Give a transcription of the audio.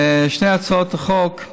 שתי הצעות החוק,